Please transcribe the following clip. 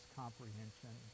comprehension